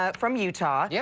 ah from utah. yeah